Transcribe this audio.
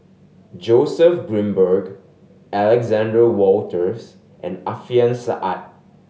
Joseph Grimberg Alexander Wolters and Alfian Sa'at